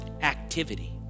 activity